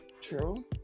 True